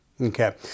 Okay